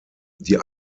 die